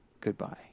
Goodbye